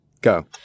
go